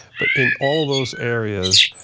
but in all of those areas,